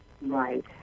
Right